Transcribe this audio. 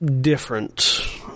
different